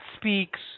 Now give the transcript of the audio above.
speaks